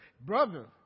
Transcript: brother